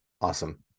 Awesome